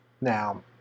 now